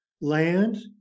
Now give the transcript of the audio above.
land